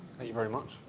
you very much.